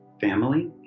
family